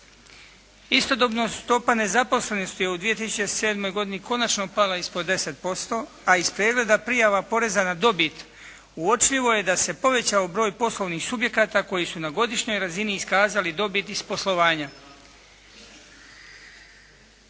Istodobno je stopa nezaposlenosti u 2007. konačno pala ispod 10%, a iz pregleda prijava poreza na dobit uočljivo je da se povećao broj poslovnih subjekata koji su na godišnjoj razini iskazali dobit iz poslovanja.